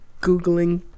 googling